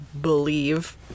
believe